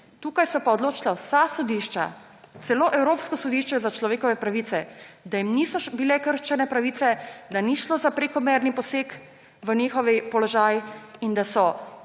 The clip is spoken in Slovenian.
Tukaj so pa odločila vsa sodišča, celo Evropsko sodišče za človekove pravice, da jim niso bile kršene pravice, da ni šlo za prekomerni poseg v njihov položaj in da so